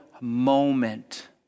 moment